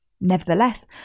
Nevertheless